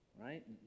right